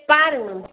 பாருங்கள் மேம்